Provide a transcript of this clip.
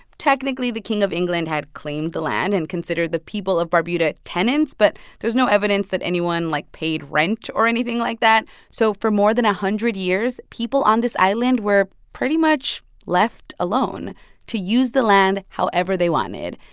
technically, the king of england had claimed the land and considered the people of barbuda tenants, but there's no evidence that anyone, like, paid rent or anything like that. so for more than a hundred years, people on this island were pretty much left alone to use the land however they wanted.